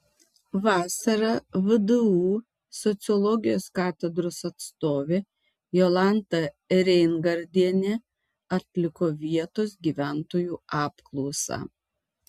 vasarą vdu sociologijos katedros atstovė jolanta reingardienė atliko vietos gyventojų apklausą